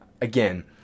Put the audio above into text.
again